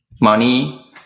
money